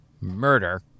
murder